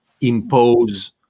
impose